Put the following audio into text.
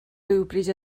rhywbryd